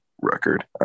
record